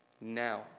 now